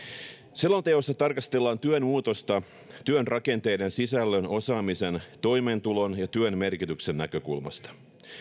selonteossa tarkastellaan työn muutosta työn rakenteiden sisällön osaamisen toimeentulon ja työn merkityksen näkökulmasta